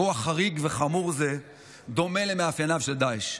אירוע חריג וחמור זה דומה למאפייניו של דאעש.